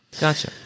Gotcha